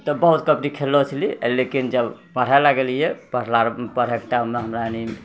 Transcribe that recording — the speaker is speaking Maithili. तऽ बहुत कबड्डी खेललो छेलियै लेकिन जब पढ़ै लागलियै पढ़ला पढ़ैके टाइममे हमरा सनि